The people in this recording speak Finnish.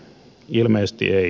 ilmeisesti ei